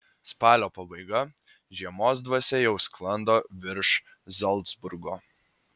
spalio pabaiga žiemos dvasia jau sklando virš zalcburgo